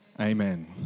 Amen